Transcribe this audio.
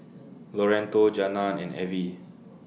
Loretto Jana and Avie